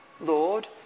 Lord